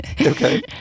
Okay